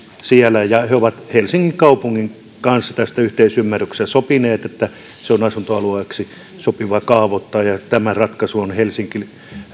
siellä ja he ovat helsingin kaupungin kanssa tästä yhteisymmärryksessä sopineet että se on asuntoalueeksi sopivaa kaavoittaa ja tämän ratkaisun on helsinki